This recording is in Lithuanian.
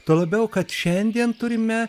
tuo labiau kad šiandien turime